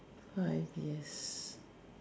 five years